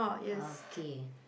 okay